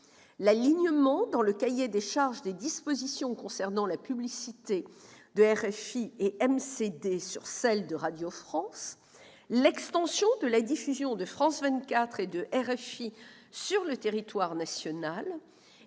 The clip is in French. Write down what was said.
l'alignement dans le cahier des charges des dispositions concernant la publicité de RFI et MCD sur celles de Radio France, l'extension de la diffusion de France 24 et de RFI sur le territoire national,